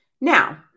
Now